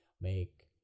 make